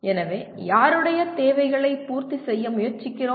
எனவே யாருடைய தேவைகளை பூர்த்தி செய்ய முயற்சிக்கிறோம்